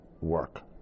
work